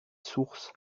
source